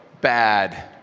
bad